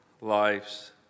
lives